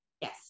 yes